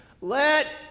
Let